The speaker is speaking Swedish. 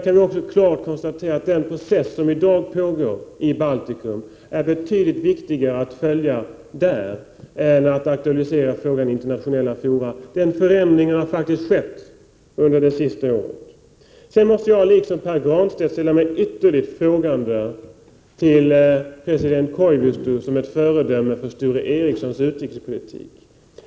Man kan klart konstatera att den process som i dag pågår i Baltikum är betydligt viktigare att följa där än att aktualisera frågan i 45 internationella fora. Den förändringen har faktiskt skett under det senaste året. Sedan måste jag, liksom Pär Granstedt, ställa mig ytterligt frågande till det som Sture Ericson sade om president Koivisto såsom ett föredöme i utrikespolitiken.